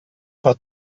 pas